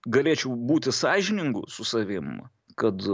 galėčiau būti sąžiningu su savim kad